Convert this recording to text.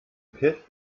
pitt